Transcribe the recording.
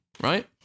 right